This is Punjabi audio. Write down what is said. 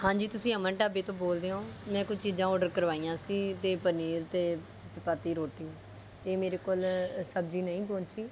ਹਾਂਜੀ ਤੁਸੀਂ ਅਮਨ ਢਾਬੇ ਤੋਂ ਬੋਲਦੇ ਹੋ ਮੈਂ ਕੁਝ ਚੀਜ਼ਾਂ ਔਡਰ ਕਰਵਾਈਆਂ ਸੀ ਅਤੇ ਪਨੀਰ ਅਤੇ ਚਪਾਤੀ ਰੋਟੀ ਅਤੇ ਮੇਰੇ ਕੋਲ ਸਬਜ਼ੀ ਨਹੀਂ ਪਹੁੰਚੀ